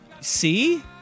See